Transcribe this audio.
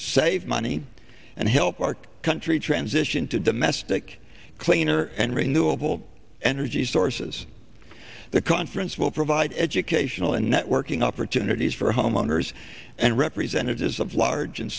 save money and help our country transition to domestic cleaner and renewable energy sources the conference will provide educational and networking opportunities for homeowners and representatives of large and